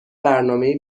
برنامهای